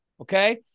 Okay